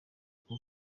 kuko